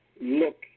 look